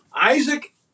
Isaac